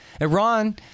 Iran